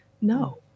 No